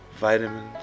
vitamins